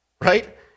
right